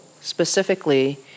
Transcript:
specifically